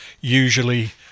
usually